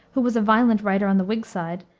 who was a violent writer on the whig side,